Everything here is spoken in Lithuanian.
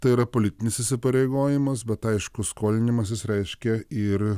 tai yra politinis įsipareigojimas bet aišku skolinimasis reiškia ir